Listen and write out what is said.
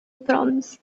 proms